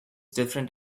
different